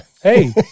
hey